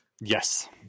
Yes